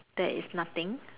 there is nothing